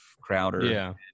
crowder